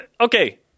okay